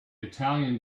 italian